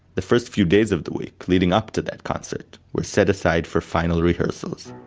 the first few days of the week, leading up to that concert were set aside for final rehearsals